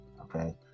okay